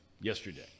yesterday